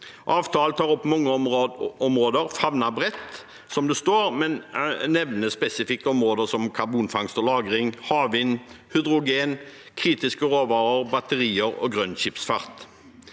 Avtalen tar opp mange områder og favner bredt, som det står, men nevner spesifikt områder som karbonfangst og -lagring, havvind, hydrogen, kritiske råvarer, batterier og grønn skipsfart.